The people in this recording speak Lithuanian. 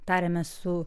tariamės su